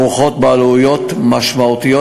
כרוכות בעלויות משמעותיות,